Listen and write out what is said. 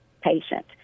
patient